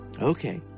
Okay